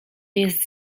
jest